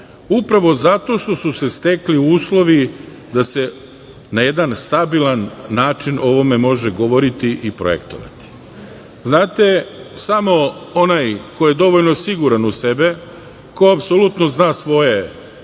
upravo zato što su se stekli uslovi da se na jedan stabilan način o ovome može govoriti i projektovati. Znate, samo onaj ko je dovoljno siguran u sebe, ko apsolutno zna sve